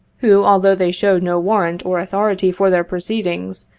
who, although they showed no warrant or authority for their proceedings,